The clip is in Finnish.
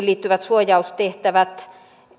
liittyvät suojaustehtävät